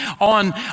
on